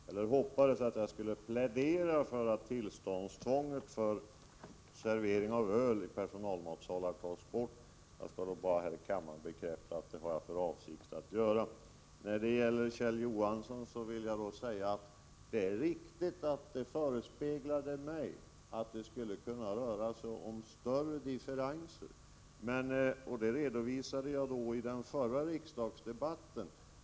Herr talman! Knut Wachtmeister hoppades att jag skulle plädera för att tillståndstvånget för servering av öl i personalmatsalar tas bort. Jag skall bara här bekräfta att jag har för avsikt att göra det. Till Kjell Johansson vill jag säga: Det är riktigt att det föresvävade mig att det skulle kunna röra sig om större differenser, och det redovisade jag i den förra riksdagsdebatten.